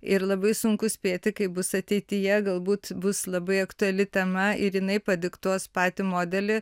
ir labai sunku spėti kaip bus ateityje galbūt bus labai aktuali tema ir jinai padiktuos patį modelį